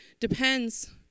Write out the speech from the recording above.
depends